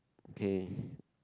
okay